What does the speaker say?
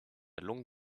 longue